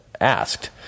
asked